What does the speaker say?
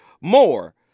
more